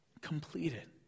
completed